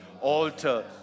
altar